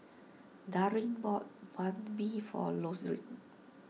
Darin bought Banh Mi for Losreen